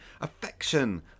affection